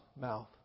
mouth